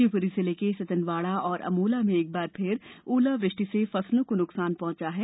शिवपुरी जिले के सतनवाड़ा और अमोला में एक बार फिर ओलावृष्टि से फसलों को नुकसान पहुंचा है